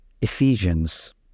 Ephesians